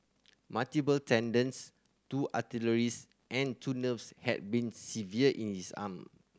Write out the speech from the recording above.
multiple tendons two arteries and two nerves had been severed in his arm